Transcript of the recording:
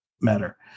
matter